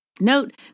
Note